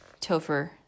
Topher